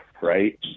Right